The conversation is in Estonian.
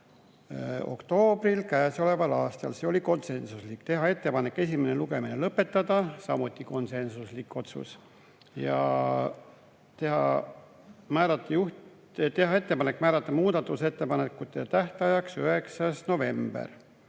oktoobril käesoleval aastal, see oli konsensuslik, teha ettepanek esimene lugemine lõpetada, samuti konsensuslik otsus, teha ettepanek määrata muudatusettepanekute tähtajaks 9. november